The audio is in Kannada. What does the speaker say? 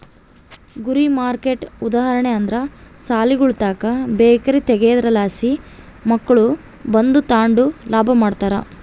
ಗುರಿ ಮಾರ್ಕೆಟ್ಗೆ ಉದಾಹರಣೆ ಅಂದ್ರ ಸಾಲಿಗುಳುತಾಕ ಬೇಕರಿ ತಗೇದ್ರಲಾಸಿ ಮಕ್ಳು ಬಂದು ತಾಂಡು ಲಾಭ ಮಾಡ್ತಾರ